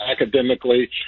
academically